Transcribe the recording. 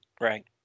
Right